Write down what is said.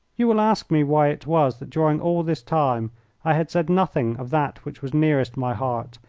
you will ask me why it was that during all this time i had said nothing of that which was nearest my heart,